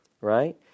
right